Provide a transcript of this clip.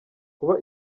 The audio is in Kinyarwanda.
kuba